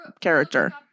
character